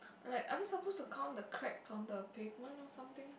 like are we supposed to count the cracks on the pavement or something